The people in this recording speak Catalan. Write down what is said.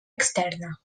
externa